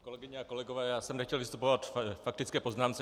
Kolegyně a kolegové, já jsem nechtěl vystupovat ve faktické poznámce.